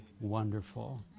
wonderful